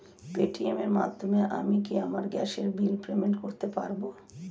Paytm এর মাধ্যমে আমি কি আমার গ্যাসের বিল পেমেন্ট করতে পারব?